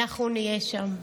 אנחנו נהיה שם.